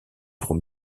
pour